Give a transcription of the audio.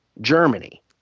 germany